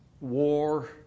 war